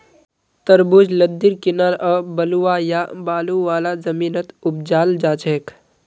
तरबूज लद्दीर किनारअ बलुवा या बालू वाला जमीनत उपजाल जाछेक